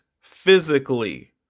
physically